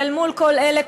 ואל מול כל אלה,